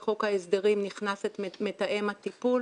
בחוק ההסדרים נכנס מתאם הטיפול,